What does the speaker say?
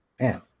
man